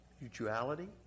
mutuality